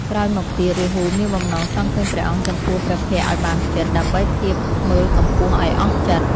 ក្រោយមកទៀត រាហូមានបំណងចង់ឃើញព្រះអង្គចំពោះព្រះភក្ត្រឱ្យបានជិត ដើម្បីធៀបមើលកម្ពស់ឱ្យអស់ចិត្ត។